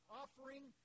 offering